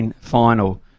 final